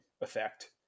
effect